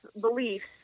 beliefs